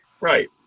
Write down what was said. Right